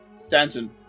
Stanton